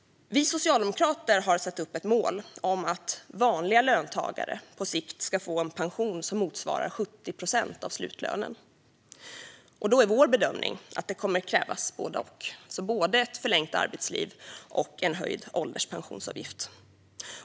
Vi socialdemokrater har satt upp ett mål om att vanliga löntagare på sikt ska få en pension som motsvarar 70 procent av slutlönen. Då är vår bedömning att det kommer att krävas både och, alltså både ett förlängt arbetsliv och en höjd ålderspensionsavgift.